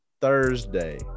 Thursday